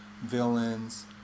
villains